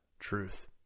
truth